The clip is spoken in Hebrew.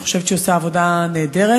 אני חושבת שהיא עושה עבודה נהדרת,